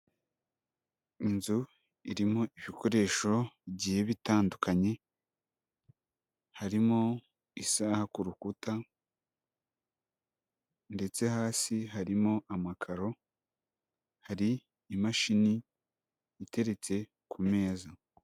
Inzu irimo ibikoresho bigiye bitandukanye, harimo isaha ku rukuta ndetse hasi harimo amakaro, hari imashini iteretse ku meza.